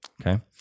Okay